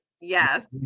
Yes